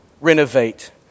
renovate